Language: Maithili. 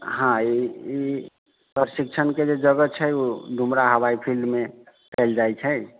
हँ ई प्रशिक्षणके जे जगह छै ओ डुमरा हवाइ फिल्डमे देल जाइ छै